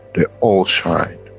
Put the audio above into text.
they all shine,